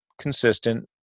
consistent